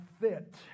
fit